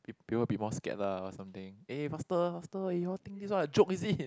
peop~ people be more scared lah or something eh faster faster eh you all think this one a joke is it